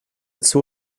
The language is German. zur